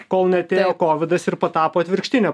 kol neatėjo kovidas ir patapo atvirkštinė